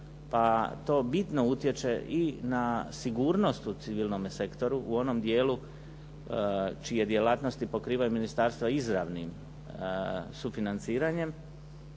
pa to bitno utječe i na sigurnost u civilnome sektoru u onom dijelu čije djelatnosti pokrivaju ministarstva izravnim sufinanciranjem